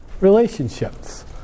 relationships